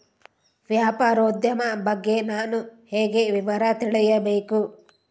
ವ್ಯಾಪಾರೋದ್ಯಮ ಬಗ್ಗೆ ನಾನು ಹೇಗೆ ವಿವರ ತಿಳಿಯಬೇಕು?